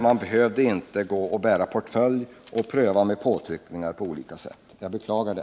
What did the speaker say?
Man behövde då inte gå omkring med portföljen och på olika sätt försöka utöva påtryckningar. Jag beklagar det.